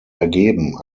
ergeben